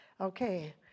Okay